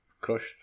crushed